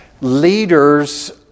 Leaders